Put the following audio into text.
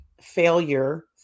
failure